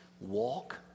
walk